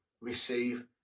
receive